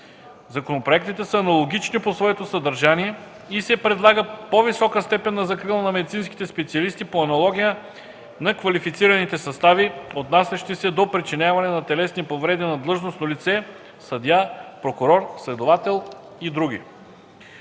Законопроектите са аналогични по своето съдържание и се предлага по-висока степен на закрила на медицинските специалисти по аналогия на квалифицираните състави, отнасящи се до причиняване на телесни повреди на длъжностно лице, съдия, прокурор, следовател и др.